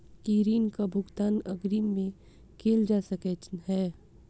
की ऋण कऽ भुगतान अग्रिम मे कैल जा सकै हय?